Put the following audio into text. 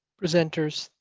presenters,